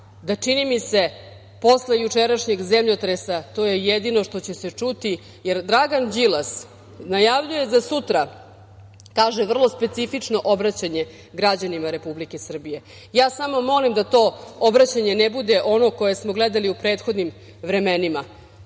da, čini mi se, posle jučerašnjeg zemljotresa to je jedino što će se ćuti, jer Dragan Đilas najavljuje za sutra, kaže, vrlo specifično obraćanje građanima Republike Srbije. Ja samo molim da to obraćanje ne bude ono koje smo gledali u prethodnim vremenima